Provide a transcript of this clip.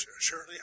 surely